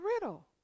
riddle